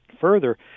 further